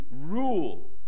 rule